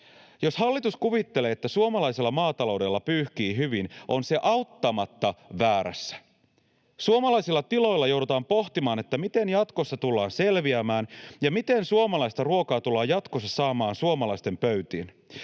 Jos hallitus kuvittelee, että suomalaisella maataloudella pyyhkii hyvin, on se auttamatta väärässä. Suomalaisilla tiloilla joudutaan pohtimaan, miten jatkossa tullaan selviämään ja miten suomalaista ruokaa tullaan jatkossa saamaan suomalaisten pöytiin.